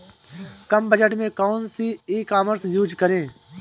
कम budget में कौन सी ई कॉमर्स यूज़ करें?